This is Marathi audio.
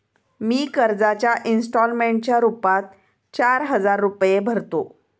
मी कर्जाच्या इंस्टॉलमेंटच्या रूपात चार हजार रुपये भरतो